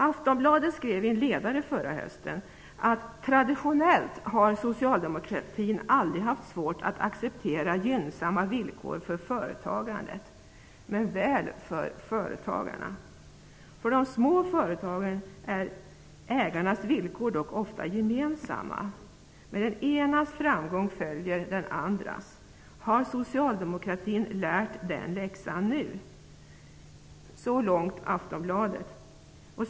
Aftonbladet skrev i en ledare förra hösten: Traditionellt har socialdemokratin aldrig haft svårt att acceptera gynnsamma villkor för företagandet - men väl för företagarna. För de små företagen är företagets och ägarens villkor dock ofta gemensamma. Med den ena partens framgång följer den andras. Har socialdemokratin lärt den läxan nu? Så långt Aftonbladet.